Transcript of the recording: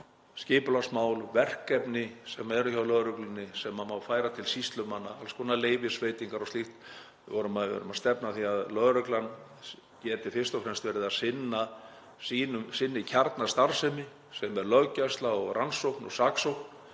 skipulagsmál, verkefni sem eru hjá lögreglunni sem má færa til sýslumanna, alls konar leyfisveitingar og slíkt. Við erum að stefna að því að lögreglan geti fyrst og fremst verið að sinna sinni kjarnastarfsemi sem er löggæsla og rannsókn og saksókn